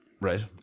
Right